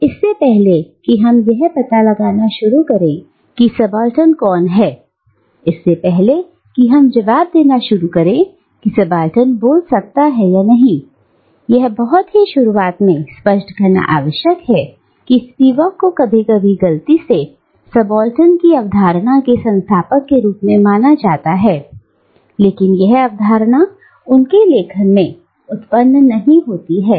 अब इससे पहले कि हम यह पता लगाना शुरू करें कि सबाल्टर्न कौन हैऔर इससे पहले कि हम जवाब देना शुरू करें की सबाल्टर्न बोल सकता है या नहीं यह बहुत ही शुरुआत में स्पष्ट करना आवश्यक है कि स्पिवाक को कभी कभी गलती से सबाल्टर्न की अवधारणा के संस्थापक के रूप में माना जाता है लेकिन यह अवधारणा उनके लेखन में उत्पन्न नहीं होती है